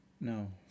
no